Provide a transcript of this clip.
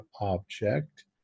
object